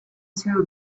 too